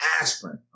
aspirin